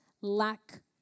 lack